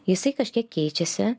jisai kažkiek keičiasi